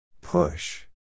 Push